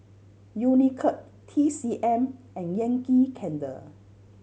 Unicurd T C M and Yankee Candle